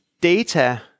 data